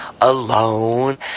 alone